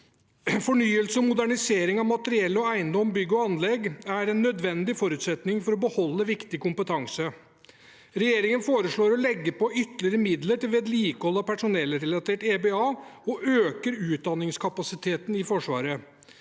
Fornyelse og modernisering av materiell og eiendom og bygg og anlegg er en nødvendig forutsetning for å beholde viktig kompetanse. Regjeringen foreslår å legge på ytterligere midler til vedlikehold av personellrelatert EBA og øker utdanningskapasiteten i Forsvaret.